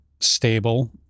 stable